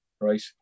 right